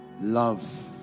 love